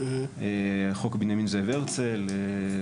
חוק בנימין זאב הרצל,